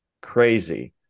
crazy